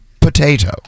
potato